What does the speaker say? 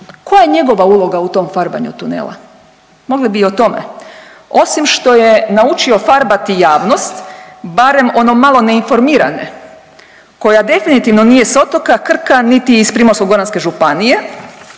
koja je njegova uloga u tom farbanju tunela? Mogli bi o tome. Osim što je naučio farbati javnost, barem ono malo neinformirane koja definitivno nije s otoka Krka niti iz Primorsko-goranske županije